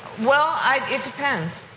well, it depends.